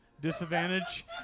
disadvantage